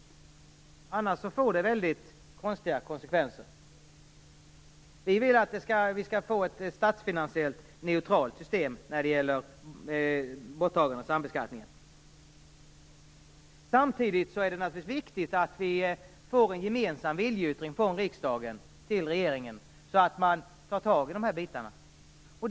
Annars blir det väldigt konstiga konsekvenser. Vi vill att man skall ha ett statsfinansiellt neutralt system för borttagandet av sambeskattningen. Samtidigt är det viktigt att det blir en gemensam viljeyttring från riksdagen till regeringen så att man tar tag i dessa bitar.